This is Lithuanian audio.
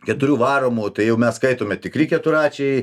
keturių varomų tai jau mes skaitome tikri keturračiai